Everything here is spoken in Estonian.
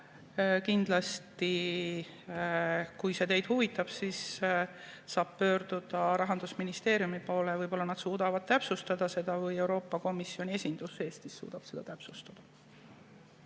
kindlasti, kui see teid huvitab, saab pöörduda Rahandusministeeriumi poole, võib-olla nad suudavad täpsustada seda, või Euroopa Komisjoni esindus Eestis suudab seda täpsustada.